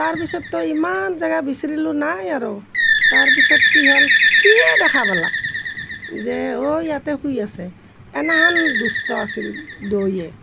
তাৰপিছততো ইমান জেগা বিচৰিলোঁ নাই আৰু তাৰপিছত কি হ'ল সিয়ে দেখা পালাক যে অ' ইয়াতে শুই আছে তেনেহেন দুষ্ট আছিল দুয়োৱে